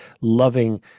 loving